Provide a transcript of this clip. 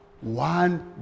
One